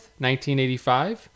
1985